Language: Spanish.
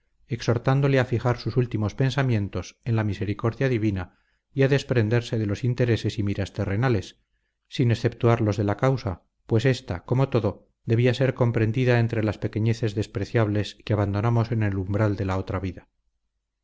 exhortándole a fijar sus últimos pensamientos en la misericordia divina y a desprenderse de los intereses y miras terrenales sin exceptuar los de la causa pues ésta como todo debía ser comprendida entre las pequeñeces despreciables que abandonamos en el umbral de la otra vida